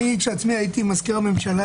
אני עצמי הייתי מזכיר הממשלה